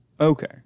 Okay